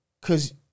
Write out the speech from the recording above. cause